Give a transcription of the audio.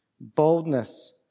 Boldness